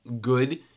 good